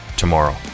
Tomorrow